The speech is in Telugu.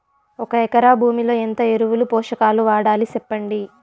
ఒక ఎకరా భూమిలో ఎంత ఎరువులు, పోషకాలు వాడాలి సెప్పండి?